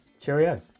Cheerio